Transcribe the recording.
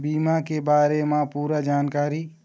बीमा के बारे म पूरा जानकारी?